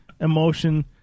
emotion